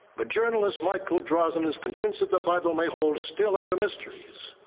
but journalist michael drosnin is convinced that the bible may hold still other mysteries.